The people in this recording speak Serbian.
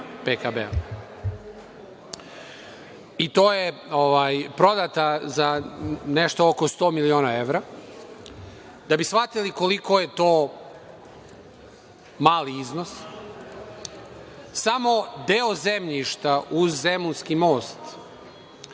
PKB i to je prodata za nešto ko 100 miliona evra. Da bi shvatili koliko je to mali iznos, samo deo zemljišta uz zemunski most